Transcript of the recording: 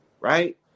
Right